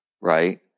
right